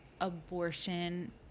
Abortion